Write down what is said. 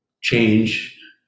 change